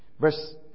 Verse